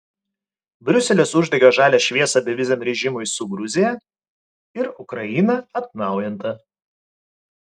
briuselis uždega žalią šviesą beviziam režimui su gruzija ir ukraina atnaujinta